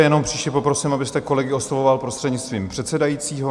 Jenom příště poprosím, abyste kolegy oslovoval prostřednictvím předsedajícího.